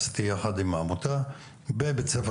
עשיתי יחד עם העמותה בבית ספר